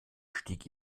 stieg